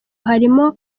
harimo